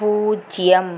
பூஜ்ஜியம்